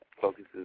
focuses